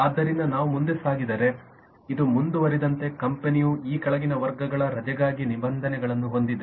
ಆದ್ದರಿಂದ ನಾವು ಮುಂದೆ ಸಾಗಿದರೆ ಇದು ಮುಂದುವರಿದಂತೆ ಕಂಪನಿಯು ಈ ಕೆಳಗಿನ ವರ್ಗಗಳ ರಜೆಗಾಗಿ ನಿಬಂಧನೆಗಳನ್ನು ಹೊಂದಿದೆ